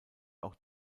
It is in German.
auch